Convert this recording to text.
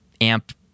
amp